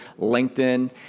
linkedin